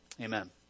amen